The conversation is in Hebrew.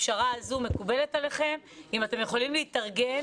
הפשרה הזו מקובלת עליכם ואתם יכולים להתארגן